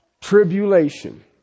tribulation